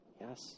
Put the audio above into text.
Yes